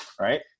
right